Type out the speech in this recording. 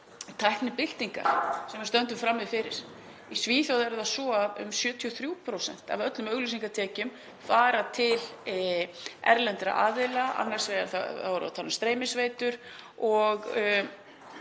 þeirrar tæknibyltingar sem við stöndum frammi fyrir. Í Svíþjóð er það svo að um 73% af öllum auglýsingatekjum fara til erlendra aðila, annars vegar erum við að tala um streymisveitur og